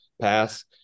pass